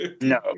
No